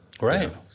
Right